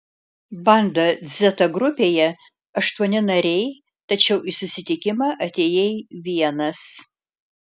banda dzeta grupėje aštuoni nariai tačiau į susitikimą atėjai vienas